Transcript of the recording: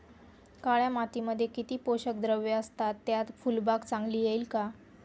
काळ्या मातीमध्ये किती पोषक द्रव्ये असतात, त्यात फुलबाग चांगली येईल का?